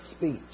speech